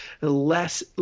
less